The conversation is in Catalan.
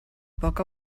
poc